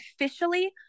officially